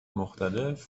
مختلف